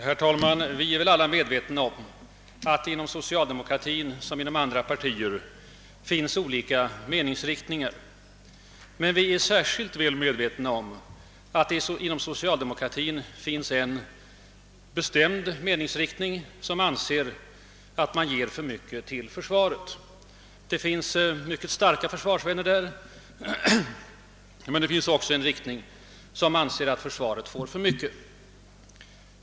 Herr talman! Vi är väl alla medvetna om att det inom såväl det socialdemokratiska partiet som andra partier finns olika meningsriktningar. Vi är särskilt väl medvetna om att det inom socialdemokratin finns en bestämd meningsriktning som anser att man ger för mycket pengar till försvaret. Det finns mycket starka försvarsvänner, men det finns också, som sagt, en riktning som anser att försvaret får alltför mycket.